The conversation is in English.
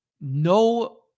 no